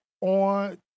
on